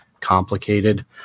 complicated